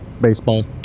Baseball